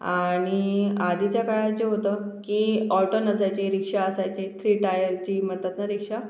आणि आधीच्या काळात जे होतं की ऑटो नसायची रिक्षा असायचे थ्री टायरची मनतात ना रिक्षा